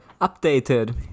Updated